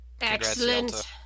Excellent